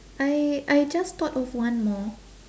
I I just thought of one more